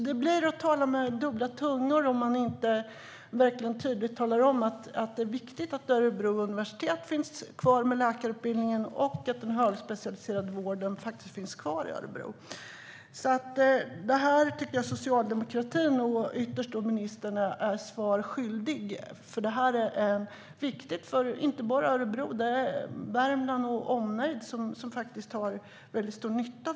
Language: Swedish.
Det blir att tala med kluven tunga om man inte verkligen tydligt talar om att det är viktigt att Örebro universitet ska finnas kvar med läkarutbildningen och att den högspecialiserade vården ska finnas kvar i Örebro. Här tycker jag att socialdemokratin och ytterst ministern är svaret skyldiga. Frågan är viktig inte bara för Örebro, utan också Värmland med omnejd har stor nytta av den vården.